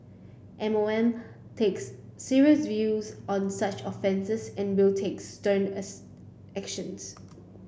M O M takes serious views on such offences and will takes stern as actions